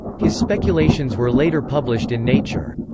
his speculations were later published in nature.